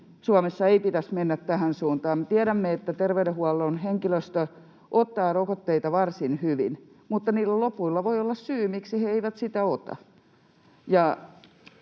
Suomessa ei pitäisi mennä tähän suuntaan. Me tiedämme, että terveydenhuollon henkilöstö ottaa rokotteita varsin hyvin, mutta niillä lopuilla voi olla syy, miksi he eivät sitä ota.